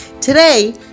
Today